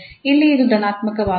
ಇಲ್ಲಿ ಇದು ಧನಾತ್ಮಕವಾಗಿದೆ